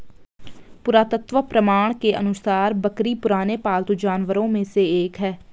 पुरातत्व प्रमाण के अनुसार बकरी पुराने पालतू जानवरों में से एक है